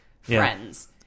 friends